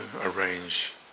arrange